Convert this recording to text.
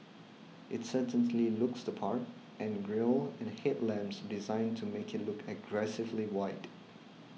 it certainly looks the part and grille and headlamps designed to make it look aggressively wide